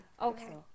Okay